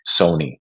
Sony